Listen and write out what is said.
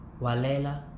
Walela